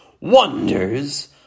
Wonders